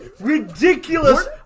ridiculous